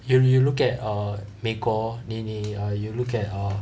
you you look at err 美国你你 err you look at err